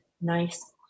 nice